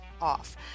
off